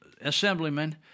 assemblyman